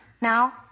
Now